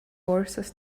horses